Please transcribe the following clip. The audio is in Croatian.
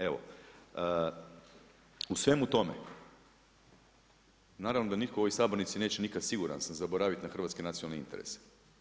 Evo u svemu tome naravno da nitko u ovoj sabornici neće nikad, siguran sam, zaboravit na hrvatske nacionalne interese.